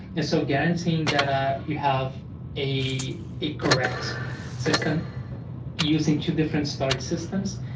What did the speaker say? and so guaranteeing that ah you have a a correct system using two different storage systems,